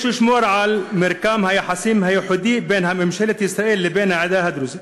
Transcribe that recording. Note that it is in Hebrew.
"יש לשמור על מרקם היחסים הייחודי בין ממשלת ישראל לבין העדה הדרוזית".